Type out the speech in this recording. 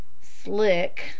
slick